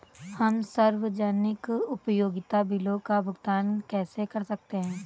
हम सार्वजनिक उपयोगिता बिलों का भुगतान कैसे कर सकते हैं?